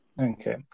okay